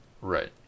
Right